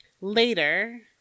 Later